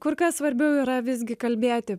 kur kas svarbiau yra visgi kalbėti